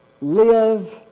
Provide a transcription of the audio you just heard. Live